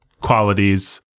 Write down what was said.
qualities